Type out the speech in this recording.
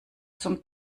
zum